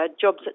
jobs